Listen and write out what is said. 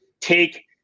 take